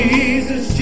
Jesus